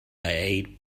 eight